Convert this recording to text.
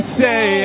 say